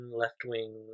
left-wing